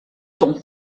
ton